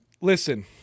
listen